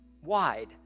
wide